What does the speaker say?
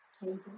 table